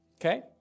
Okay